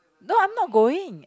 no I'm not going